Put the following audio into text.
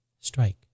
Strike